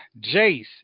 Jace